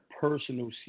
personal